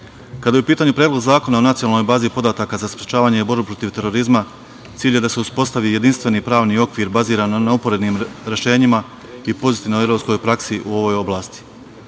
kada je u pitanju Predlog zakona o Nacionalnoj bazi podataka za sprečavanje i borbu protiv terorizma, cilj je da se uspostavi jedinstveni pravni okvir baziran na uporednim rešenjima i pozitivnoj evropskoj praksi u ovoj oblasti.